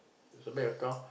so bank account